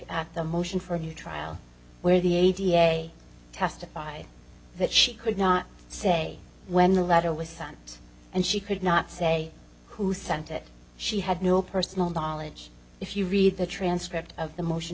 at the motion for new trial where the a da testified that she could not say when the letter was sons and she could not say who sent it she had no personal knowledge if you read the transcript of the motion